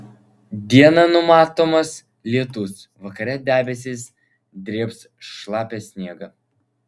dieną numatomas lietus vakare debesys drėbs šlapią sniegą